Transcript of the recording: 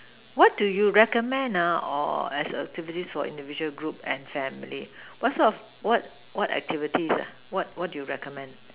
what do you recommend ah or as activities for individual group and family what sort of what what activities ah what what do you recommend